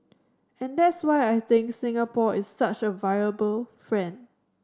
and that's why I think Singapore is such a viable friend